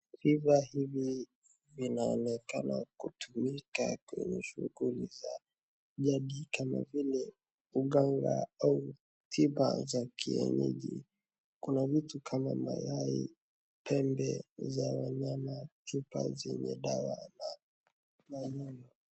Tiba hii inaonekana kutumika kwenye shughuli za jadi kama vile uganga au tiba za kienyeji. Kuna vitu kama mayai, pembe za wanyama, chupa zenye dawa na manyunyu.